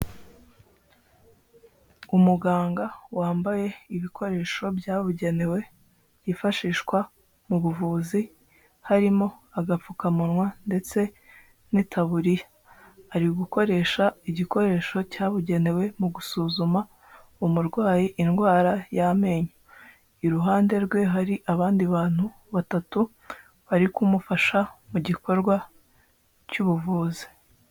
Umuganga wambaye ibikoresho byabugenewe, byifashishwa mu buvuzi, harimo agapfukamunwa ndetse n'itaburiya. Ari gukoresha igikoresho cyabugenewe mu gusuzuma umurwayi indwara y'amenyo. Iruhande rwe hari abandi bantu batatu bari kumufasha mu gikorwa cy'ubuvuzi.